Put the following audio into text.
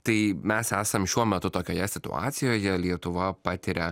tai mes esam šiuo metu tokioje situacijoje lietuva patiria